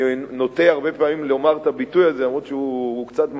אני נוטה הרבה פעמים לומר את הביטוי הזה אף שהוא קצת מעליב.